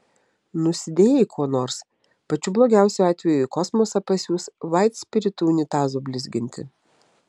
nusidėjai kuo nors pačiu blogiausiu atveju į kosmosą pasiųs vaitspiritu unitazų blizginti